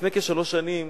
לפני כשלוש שנים